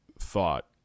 thought